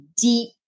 deep